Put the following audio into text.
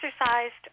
exercised